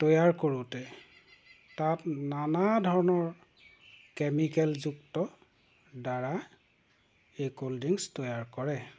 তৈয়াৰ কৰোঁতে তাত নানা ধৰণৰ কেমিকেলযুক্ত দ্বাৰা এই ক'ল্ড ড্ৰিংকছ্ তৈয়াৰ কৰে